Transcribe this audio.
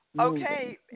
Okay